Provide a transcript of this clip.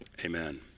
amen